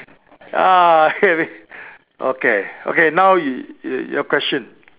ah okay okay now you your question